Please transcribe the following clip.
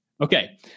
Okay